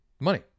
money